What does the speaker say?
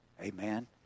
Amen